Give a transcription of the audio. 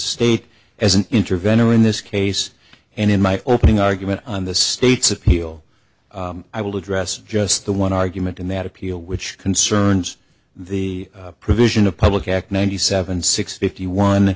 state has an intervention in this case and in my opening argument on the state's appeal i will address just the one argument in that appeal which concerns the provision of public act ninety seven six fifty one